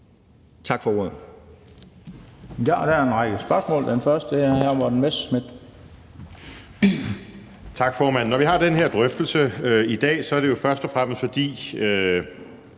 Tak for ordet.